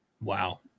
Wow